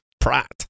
prat